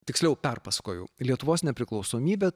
tiksliau perpasakoju lietuvos nepriklausomybė